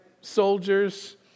soldiers